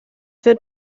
wird